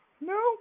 No